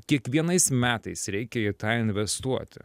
kiekvienais metais reikia į tą investuoti